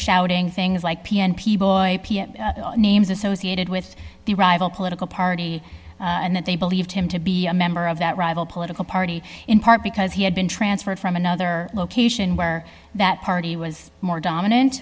shouting things like p n p boy names associated with the rival political party and that they believed him to be a member of that rival political party in part because he had been transferred from another location where that party was more dominant